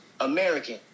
American